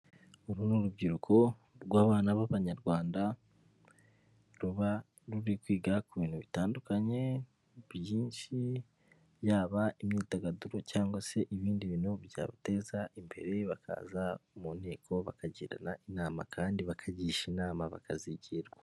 Uru ni urubyiruko rw'abana b'abanyarwanda ruba ruri kwiga ku bintu bitandukanye byinshi, yaba imyidagaduro cyangwa se ibindi bintu byabateza imbere, bakaza mu nteko bakagirana inama kandi bakagisha inama bakazigirwa.